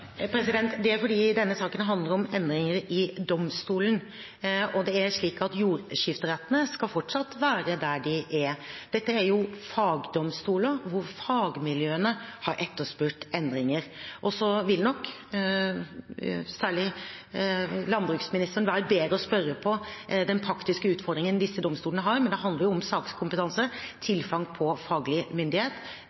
Det er fordi denne saken handler om endringer i domstolen, og jordskifterettene skal fortsatt være der de er. Dette er jo fagdomstoler, hvor fagmiljøene har etterspurt endringer. Så vil nok særlig landbruksministeren være bedre å spørre angående den praktiske utfordringen disse domstolene har, men det handler om sakskompetanse